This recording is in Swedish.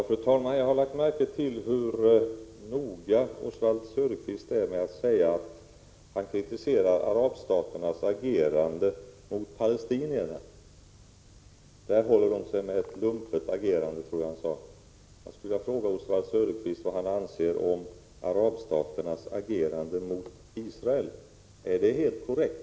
Fru talman! Jag har lagt märke till hur noga Oswald Söderqvist är med att säga att han kritiserar arabstaternas agerande mot palestinierna. Där håller de sig med ett lumpet agerande, sade han. Vad anser Oswald Söderqvist om arabstaternas agerande mot Israel? Är det helt korrekt?